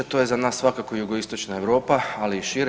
To je za nas svakako jugoistočna Europa ali i šire.